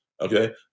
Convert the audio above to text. okay